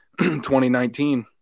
2019